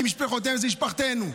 כי משפחותיהם זו משפחתנו,